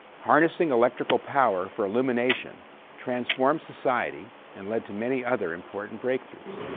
harnessing electrical power for illumination transformed society and led to many other important breakthroughs.